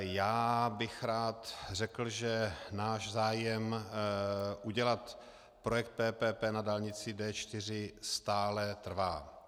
Já bych rád řekl, že náš zájem udělat projekt PPP na dálnici D4 stále trvá.